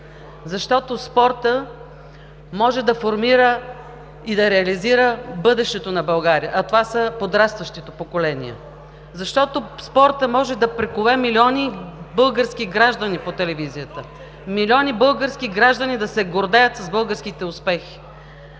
Защото спортът може да формира и да реализира бъдещето на България. А това е подрастващото поколение. Защото спортът може да прикове милиони български граждани по телевизията, милиони български граждани да се гордеят с българските успехи.